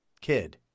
kid